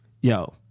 yo